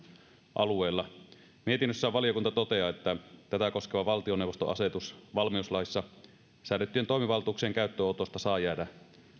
alueella mietinnössään valiokunta toteaa että tätä koskeva valtioneuvoston asetus valmiuslaissa säädettyjen toimivaltuuksien käyttöönotosta saa jäädä